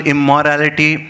Immorality